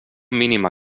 mínima